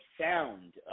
sound